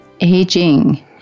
aging